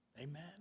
amen